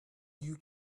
you